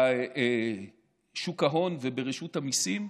בשוק ההון וברשות המיסים,